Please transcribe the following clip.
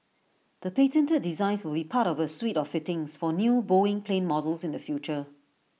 the patented designs will be part of A suite of fittings for new boeing plane models in the future